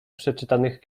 przeczytanych